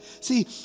See